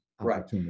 Right